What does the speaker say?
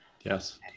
Yes